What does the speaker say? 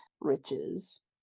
riches